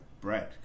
bread